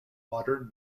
modern